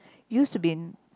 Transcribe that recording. used to be in